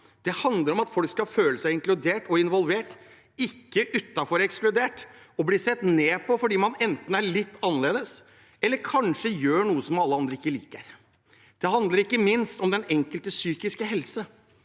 Det handler om at folk skal føle seg inkludert og involvert, ikke utenfor og ekskludert, og at man ikke skal bli sett ned på fordi man enten er litt annerledes eller kanskje gjør noe som ikke alle andre liker. Det handler ikke minst om den enkeltes psykiske helse,